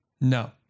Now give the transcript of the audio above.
No